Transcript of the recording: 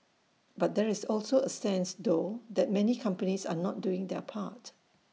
but there is also A sense though that many companies are not doing their part